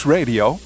Radio